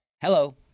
Hello